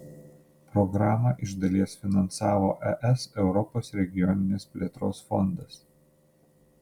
programą iš dalies finansavo es europos regioninės plėtros fondas